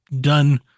done